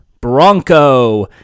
Bronco